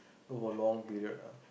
go for long period ah